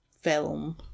film